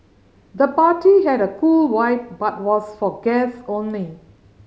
the party had a cool vibe but was for guest only